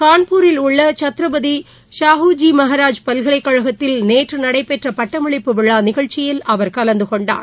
கான்பூரில் உள்ள சத்ரபதி ஷாஹுஜி மகராஜ் பல்கலைக்கழகத்தில் நேற்று நடைபெற்ற பட்டமளிப்பு விழா நிகழ்ச்சியில் அவர் கலந்துகொண்டார்